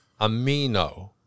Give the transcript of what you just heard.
Amino